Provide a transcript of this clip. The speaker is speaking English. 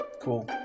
Cool